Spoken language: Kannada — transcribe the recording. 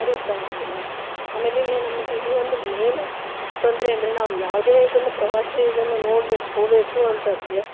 ಅದು ಇಷ್ಟ ಆಗೋಂಗಿಲ್ಲ ಆಮೇಲಿಂದ ಇನ್ನೇನು ನಮಗೆ ಇನ್ನೂ ಒಂದು ಮೇಯ್ನ್ ತೊಂದರೆ ಅಂದರೆ ನಾವು ಯಾವುದೇ ಇದನ್ನೇ ಪ್ರವಾಸಿ ಇದನ್ನು ನೋಡಬೇಕು ಹೋಗಬೇಕು ಅಂತಂದರೆ